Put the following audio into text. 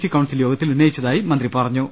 T council യോഗത്തിൽ ഉന്നയിച്ചതായി മന്ത്രി പറഞ്ഞു